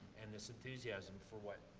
and this enthusiasm for what,